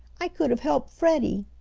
i could have helped freddie!